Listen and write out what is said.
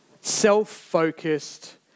self-focused